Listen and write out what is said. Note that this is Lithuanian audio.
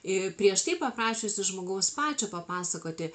i prieš tai paprašiusi žmogaus pačio papasakoti